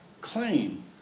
claim